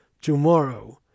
tomorrow